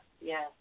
yes